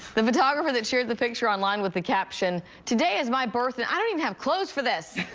the photographer that shared the picture online with the cation today is my birthday and i don't even have clothes for this.